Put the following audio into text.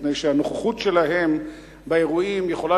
מפני שהנוכחות שלהם באירועים יכולה